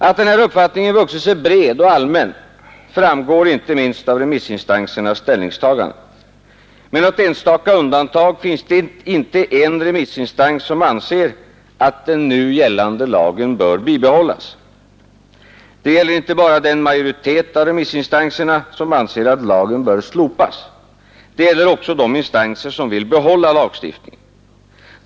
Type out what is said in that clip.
Att denna uppfattning har vuxit sig bred och allmän framgår inte minst av remissinstansernas ställningstagande. Med något enstaka undantag finns det inte en remissinstans som anser att den nu gällande lagen bör bibehållas. Det gäller inte bara den majoritet av remissinstanserna som anser att lagen bör slopas, utan det gäller också de instanser som vill behålla lagstiftningen.